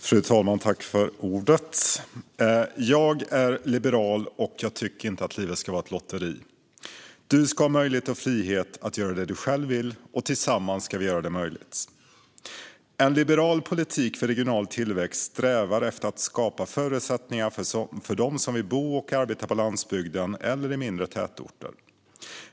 Fru talman! Jag är liberal, och jag tycker inte att livet ska vara ett lotteri. Du ska ha möjlighet och frihet att göra det du själv vill, och tillsammans ska vi göra det möjligt. En liberal politik för regional tillväxt strävar efter att skapa förutsättningar för dem som vill bo och arbeta på landsbygden eller i mindre tätorter.